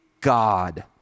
God